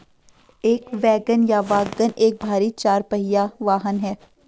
एक वैगन या वाग्गन एक भारी चार पहिया वाहन है